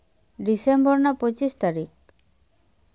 December ᱨᱮᱱᱟᱜ ᱯᱚᱸᱪᱤᱥ ᱛᱟᱹᱨᱤᱠᱷ